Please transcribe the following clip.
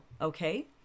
okay